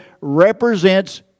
represents